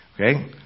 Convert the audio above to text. Okay